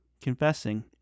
confessing